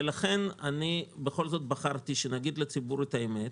לכן בכל זאת בחרתי להגיד לציבור את האמת.